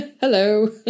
Hello